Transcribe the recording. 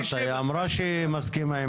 היא אמרה שהיא מסכימה.